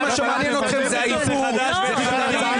כל מה שמעניין אתכם זה האיפור ורכבים --- לא,